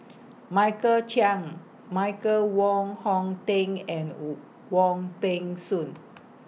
Michael Chiang Michael Wong Hong Teng and Wu Wong Peng Soon